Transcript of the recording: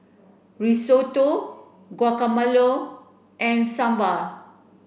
Risotto Guacamole and Sambar